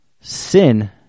Sin